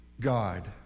God